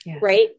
Right